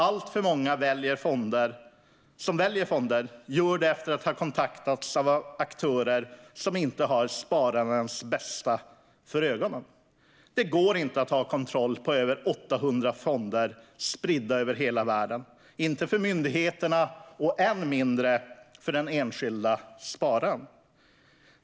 Alltför många som väljer fonder gör det efter att ha kontaktats av aktörer som inte har spararens bästa för ögonen. Det går inte att ha kontroll på över 800 fonder spridda över hela världen - inte för myndigheterna och än mindre för den enskilda spararen.